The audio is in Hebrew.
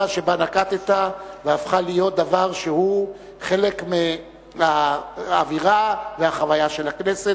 שנקטת והפכה להיות דבר שהוא חלק מהאווירה והחוויה של הכנסת.